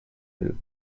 will